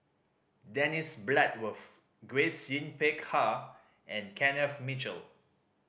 Dennis Bloodworth Grace Yin Peck Ha and Kenneth Mitchell